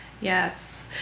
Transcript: Yes